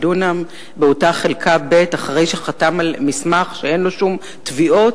דונם באותה חלקה ב' אחרי שחתם על מסמך שאין לו שום תביעות?